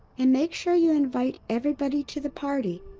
and make sure you invite everybody to the party!